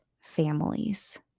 families